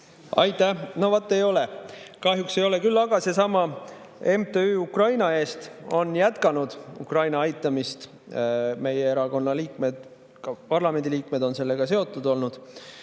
Aitäh! Ei ole, kahjuks ei ole. Küll aga on seesama MTÜ Ukraina Eest jätkanud Ukraina aitamist. Meie erakonna liikmed, ka parlamendiliikmed on sellega seotud olnud.